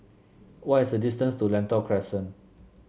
what is the distance to Lentor Crescent